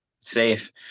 safe